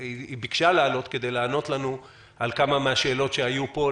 היא ביקשה לעלות כדי לענות לנו על כמה מהשאלות שעלו פה,